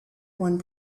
one